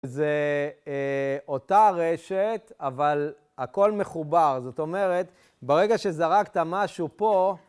זה אותה רשת, אבל הכל מחובר. זאת אומרת, ברגע שזרקת משהו פה,